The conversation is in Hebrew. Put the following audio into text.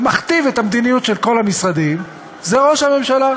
ומכתיב את המדיניות של כל המשרדים, זה ראש הממשלה.